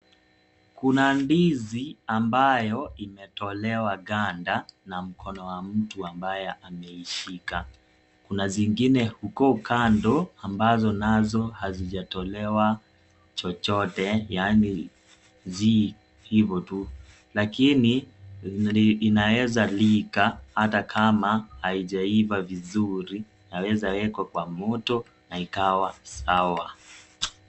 Kuna ndizi ambayo imetolewa ganda na mkono wa mtu ambaye ameishika. Kuna zingine huko kando ambazo nazo hazijatolewa chochote, yani zi hivo tu. Lakini inaezalika ata kama haijaiiva vizuri yaweza wekwa kwa moto, na ikawa Sawa.